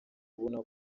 ubona